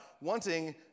wanting